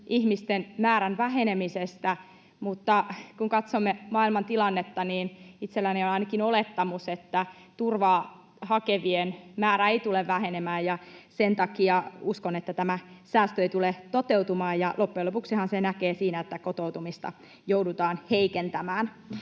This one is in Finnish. ihmisten määrän vähenemisestä. Mutta kun katsomme maailman tilannetta, niin itselläni on ainakin olettamus, että turvaa hakevien määrä ei tule vähenemään, ja sen takia uskon, että tämä säästö ei tule toteutumaan. Loppujen lopuksihan sen näkee siinä, että kotoutumista joudutaan heikentämään.